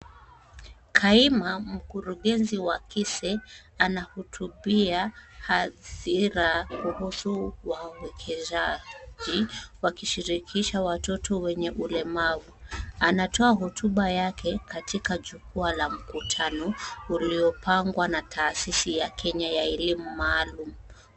Kaima mkuzugenzi wa Kise anahutubia hadhira kuhusu wawekezaji wakishirikisha watoto wenye ulemavu, anatoa hotuba yake katika jukwaa la mkutano uliopangwa na taasisi ya Kenya ya elimu maalum.